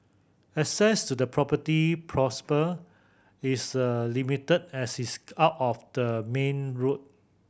access to the property prosper is limited as its out off the main road